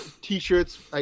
T-shirts